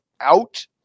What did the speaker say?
out